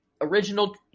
original